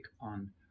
on